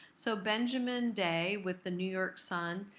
so benjamin day with the new york sun,